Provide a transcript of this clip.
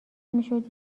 میشد